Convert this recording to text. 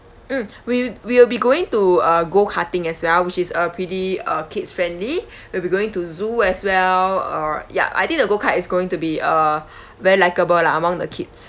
mm we'll we'll be going to uh go-karting as well which is uh pretty uh kids friendly we'll be going to zoo as well uh ya I think the go-kart is going to be uh very likable lah among the kids